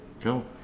cool